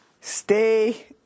Stay